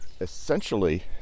essentially